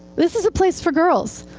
this is a place for girls.